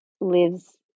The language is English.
lives